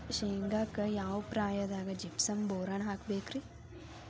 ಶೇಂಗಾಕ್ಕ ಯಾವ ಪ್ರಾಯದಾಗ ಜಿಪ್ಸಂ ಬೋರಾನ್ ಹಾಕಬೇಕ ರಿ?